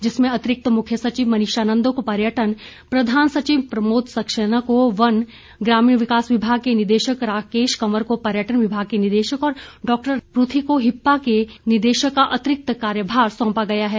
जिसमें अतिरिक्त मुख्य सचिव मनीषा नंदा को पर्यटन प्रधान सचिव प्रमोद सक्सेना को वन ग्रामीण विकास विभाग के निदेशक राकेश कंवर को पर्यटन विभाग के निदेशक और डॉक्टर राजकृष्ण प्रथी को हिप्पा के निदेशक का अतिरिक्त कार्यभार सौंपा गया है